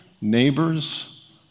neighbors